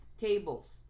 tables